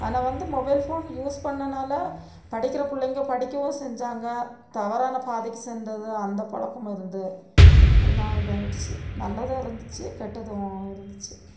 ஆனால் வந்து mobile phone use பண்ணதனால படிக்கிற பிள்ளைங்க படிக்கவும் செஞ்சாங்கள் தவறான பாதைக்கு சென்றது அந்த பலக்கமும் இருந்து எல்லாம் இதாயிடுச்சு நல்லதும் இருந்துச்சு கெட்டதும் இருந்துச்சு